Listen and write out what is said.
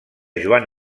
joan